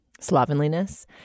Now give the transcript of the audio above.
slovenliness